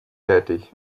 tätig